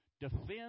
Defend